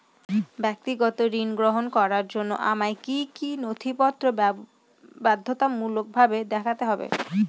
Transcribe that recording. ব্যক্তিগত ঋণ গ্রহণ করার জন্য আমায় কি কী নথিপত্র বাধ্যতামূলকভাবে দেখাতে হবে?